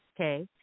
okay